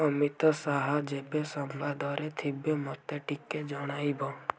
ଅମିତ ଶାହା ଯେବେ ସମ୍ବାଦରେ ଥିବେ ମୋତେ ଟିକେ ଜଣାଇବ